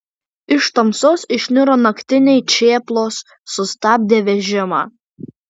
iš tamsos išniro naktiniai čėplos sustabdė vežimą